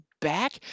back